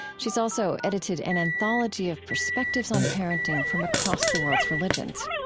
she's also edited an anthology of perspectives on parenting from across the world's religions.